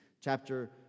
chapter